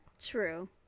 true